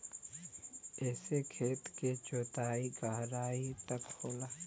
एसे खेत के जोताई गहराई तक होला